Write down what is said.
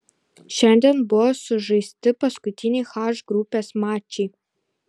šiandien buvo sužaisti paskutiniai h grupės mačai